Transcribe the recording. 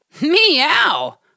Meow